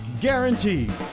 Guaranteed